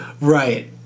Right